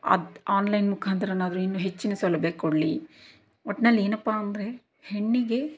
ಅದು ಆನ್ಲೈನ್ ಮುಖಾಂತರನಾದರೂ ಇನ್ನೂ ಹೆಚ್ಚಿನ ಸೌಲಭ್ಯ ಕೊಡಲಿ ಒಟ್ನಲ್ಲಿ ಏನಪ್ಪಾ ಅಂದರೆ ಹೆಣ್ಣಿಗೆ